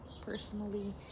personally